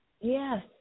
Yes